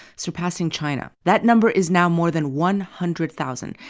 surpassing china. that number is now more than one hundred thousand.